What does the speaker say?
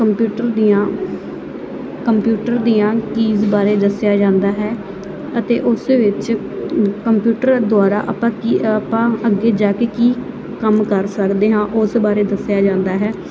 computer ਦੀਆਂ computer ਦੀਆਂ keys ਬਾਰੇ ਦੱਸਿਆ ਜਾਂਦਾ ਹੈ ਅਤੇ ਉਸ ਵਿੱਚ ਕੰਪਿਊਟਰ ਦੁਆਰਾ ਆਪਾਂ ਕੀ ਆਪਾਂ ਅੱਗੇ ਜਾ ਕੇ ਕੀ ਕੰਮ ਕਰ ਸਕਦੇ ਹਾਂ ਉਸ ਬਾਰੇ ਦੱਸਿਆ ਜਾਂਦਾ ਹੈ